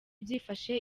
byifashe